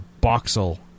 Boxel